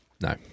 no